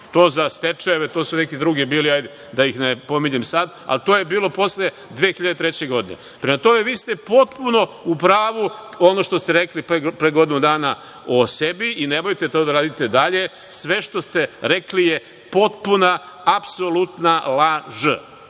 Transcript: To za stečajeve, to su neki drugi bili, da ih ne pominjem sad, ali to je bilo posle 2003. godine. Vi ste potpuno u pravu ono što ste rekli pre godinu dana o sebi i nemojte to da radite dalje. Sve što ste rekli je potpuna, apsolutna